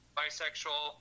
bisexual